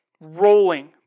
rolling